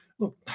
Look